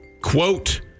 quote